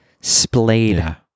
splayed